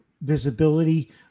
visibility